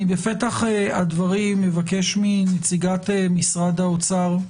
בפתח הדברים אבקש מנציגת משרד האוצר להתייחס,